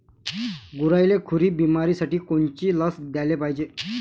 गुरांइले खुरी बिमारीसाठी कोनची लस द्याले पायजे?